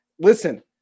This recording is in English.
Listen